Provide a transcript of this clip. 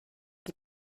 die